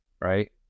right